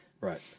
right